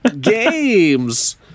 Games